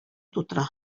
тутыра